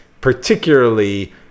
particularly